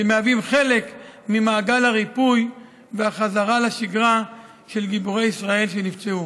שמהווים חלק ממעגל הריפוי והחזרה לשגרה של גיבורי ישראל שנפצעו.